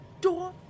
Door